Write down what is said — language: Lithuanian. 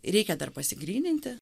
reikia dar pasigilinti